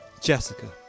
Jessica